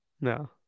No